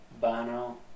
Bono